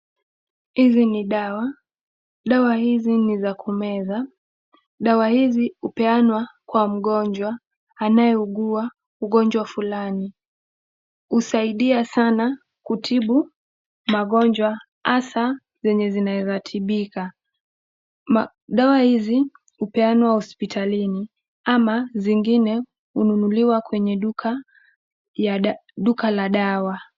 Hizi ni dawa dawa hizi nizakumeza, dawa hizi hupeanwa kwa ngonjwa, anaye ugua ugonjwa fulana, husaidia sana kutibu magonjwa hasa zenyezinaweza kutibika, dawa hizi hupeanwa hospitalini, ama zengine hununuliwa kwenye duka la dawa.